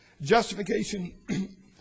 Justification